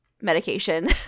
medication